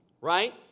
right